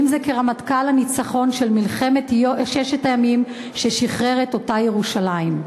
ואם כרמטכ"ל הניצחון של מלחמת ששת הימים ששחרר את ירושלים.